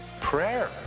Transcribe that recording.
Prayer